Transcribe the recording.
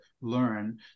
learn